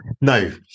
No